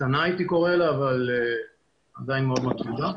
קטנה הייתי קורא לה, אבל עדיין מאוד גדולה.